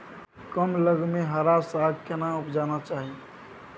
कम लग में हरा साग केना उपजाना चाही?